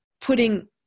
putting